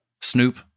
Snoop